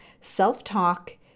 self-talk